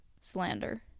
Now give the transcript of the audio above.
slander